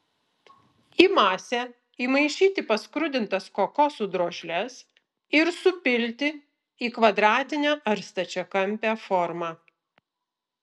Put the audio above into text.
į masę įmaišyti paskrudintas kokosų drožles ir supilti į kvadratinę ar stačiakampę formą